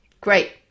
great